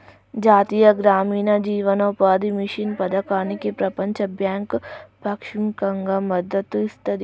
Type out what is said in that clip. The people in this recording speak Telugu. జాతీయ గ్రామీణ జీవనోపాధి మిషన్ పథకానికి ప్రపంచ బ్యాంకు పాక్షికంగా మద్దతు ఇస్తది